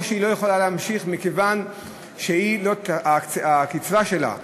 או שהיא לא יכולה להמשיך מכיוון שהקצבה שלה תיפסק?